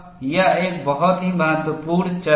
यह एक बहुत ही महत्वपूर्ण चरण है